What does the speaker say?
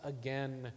again